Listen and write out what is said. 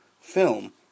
film